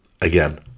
Again